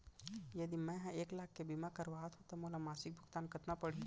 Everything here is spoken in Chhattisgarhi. यदि मैं ह एक लाख के बीमा करवात हो त मोला मासिक भुगतान कतना पड़ही?